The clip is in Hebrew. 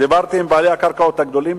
דיברתי עם בעלי הקרקעות הגדולים,